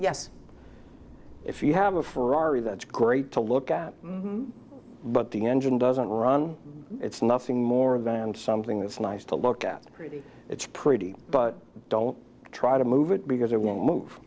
yes if you have a ferrari that's great to look at but the engine doesn't run it's nothing more than something that's nice to look at pretty it's pretty but don't try to move it because it won't move